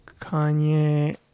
Kanye